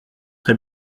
très